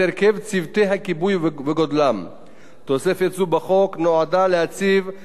תוספת זו בחוק נועדה להציב אמות מידה גבוהות לפעילות הרשות,